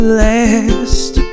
last